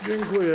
Dziękuję.